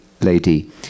Lady